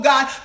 God